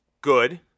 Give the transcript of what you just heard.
Good